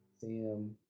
Sam